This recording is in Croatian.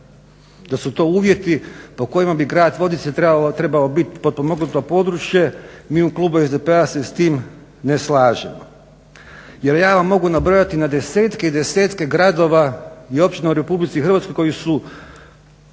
da su to uvjeti po kojima bi grad Vodice trebao biti potpomognuto područje mi u klubu SDP-a se s tim ne slažemo jer ja vam mogu nabrojati na desetke i desetke gradova i općina u RH koji su